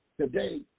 today